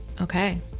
Okay